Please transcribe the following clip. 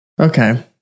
Okay